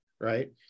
right